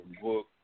book